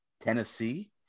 Tennessee